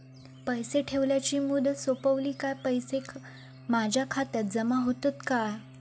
पैसे ठेवल्याची मुदत सोपली काय पैसे माझ्या खात्यात जमा होतात काय?